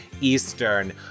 Eastern